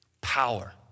power